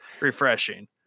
refreshing